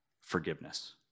forgiveness